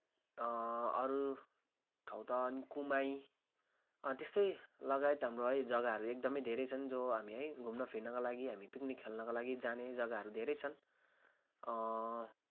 अरू ठाउँ त कुमाई त्यस्तै लगायत हाम्रो है जग्गाहरू एकदमै धेरै छन् जो हामी है घुम्न फिर्नका लगि हामी पिकनिक खेल्नका लागि जाने जग्गाहरू धेरै छन्